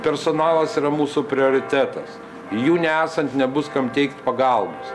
personalas yra mūsų prioritetas jų nesant nebus kam teikt pagalbos